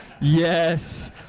Yes